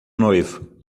noivo